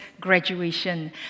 graduation